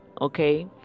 okay